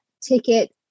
ticket